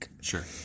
Sure